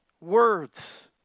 words